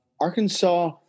Arkansas